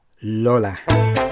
Lola